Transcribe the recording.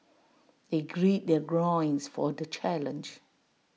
they grid their for the challenge